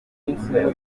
umwe